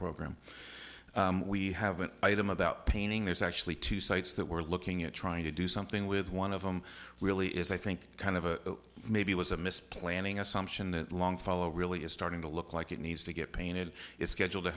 program we have an item about painting there's actually two sites that we're looking at trying to do something with one of them really is i think kind of a maybe was a missed planning assumption that longfellow really is starting to look like it needs to get painted it's scheduled to